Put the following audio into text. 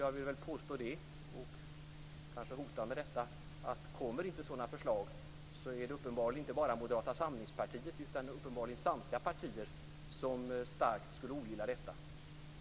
Jag vill påstå, och kanske hota med det, att om det inte kommer sådana förslag är det uppenbarligen inte bara Moderata samlingspartiet utan samtliga partier som starkt skulle ogilla detta.